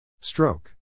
Stroke